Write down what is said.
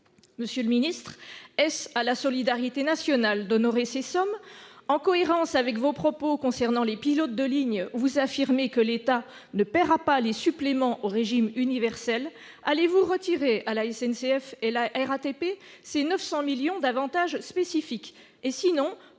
Monsieur le secrétaire d'État, est-ce à la solidarité nationale d'honorer ces sommes ? En cohérence avec vos propos concernant les pilotes de ligne, à travers lesquels vous affirmez que l'État ne paiera pas les suppléments au régime universel, allez-vous retirer à la SNCF et à la RATP ces 900 millions d'euros d'avantages spécifiques ?